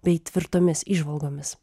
bei tvirtomis įžvalgomis